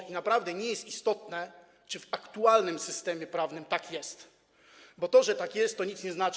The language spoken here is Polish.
I naprawdę nie jest istotne, czy w aktualnym systemie prawnym tak jest, bo to, że tak jest, to nic nie znaczy.